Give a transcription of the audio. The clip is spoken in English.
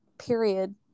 period